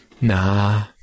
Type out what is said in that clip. Nah